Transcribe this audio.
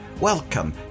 Welcome